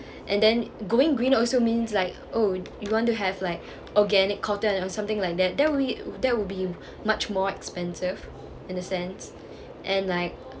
and then going green also means like oh you want to have like organic cotton or something like that that would that will be much more expensive in a sense and like